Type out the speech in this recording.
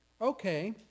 Okay